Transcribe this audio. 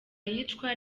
yicwa